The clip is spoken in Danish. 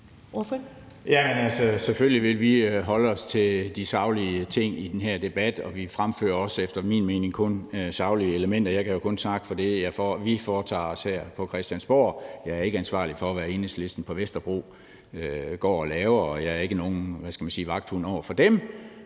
selvfølgelig vil vi holde os til de saglige ting i den her debat, og vi fremfører også efter min mening kun saglige argumenter. Jeg kan jo kun snakke for det, vi foretager os herinde på Christiansborg. Jeg er ikke ansvarlig for, hvad Enhedslisten på Vesterbro går og laver, og jeg er ikke nogen – hvad